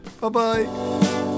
Bye-bye